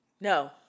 No